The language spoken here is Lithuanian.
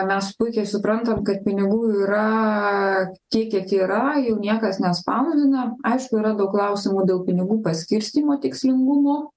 mes puikiai suprantam kad pinigų yra tiek kiek yra jų niekas nespausdina aišku yra daug klausimų dėl pinigų paskirstymo tikslingumo